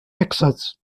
texas